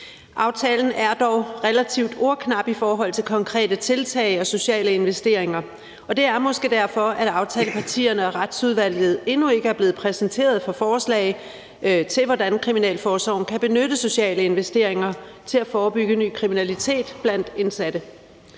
Aftalen er dog relativt ordknap i forhold til konkrete tiltag og sociale investeringer, og det er måske derfor, at aftalepartierne og Retsudvalget endnu ikke er blevet præsenteret for forslag til, hvordan kriminalforsorgen kan benytte sociale investeringer til at forebygge ny kriminalitet blandt indsatte.